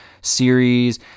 series